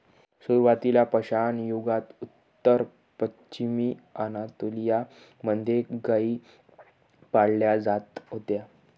सुरुवातीला पाषाणयुगात उत्तर पश्चिमी अनातोलिया मध्ये गाई पाळल्या जात होत्या